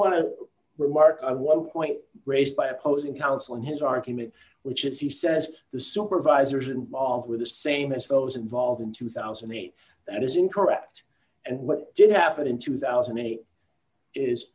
to remark one d point raised by opposing counsel in his argument which is he says the supervisors involved with the same as those involved in two thousand and eight that is incorrect and what did happen in two thousand and eight is